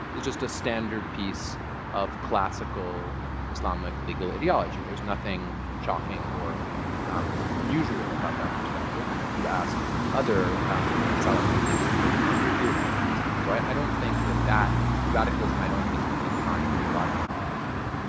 is just a standard piece of classical islamic legal ideology. there's nothing shocking or unusual about that perspective. and if you asked other salafi thinkers, they would probably agree with that in principle. so i don't think that that the radicalism, i don't think, can be defined ideologically at this point.